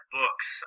books